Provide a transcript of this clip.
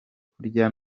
kurya